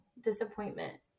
disappointment